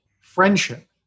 friendship